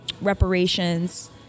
reparations